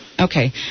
Okay